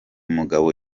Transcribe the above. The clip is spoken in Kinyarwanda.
mugabo